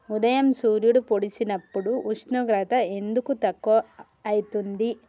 ఉదయం సూర్యుడు పొడిసినప్పుడు ఉష్ణోగ్రత ఎందుకు తక్కువ ఐతుంది?